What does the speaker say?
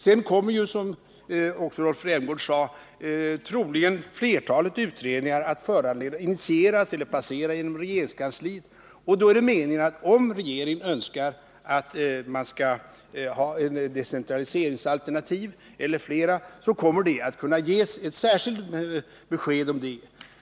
Sedan kommer ju, som också Rolf Rämgård sade, troligen flertalet utredningar att initieras eller passera genom regeringskansliet. Om regeringen önskar att man skall ha ett eller flera decentraliseringsalternativ kommer då ett särskilt besked att kunna ges om det.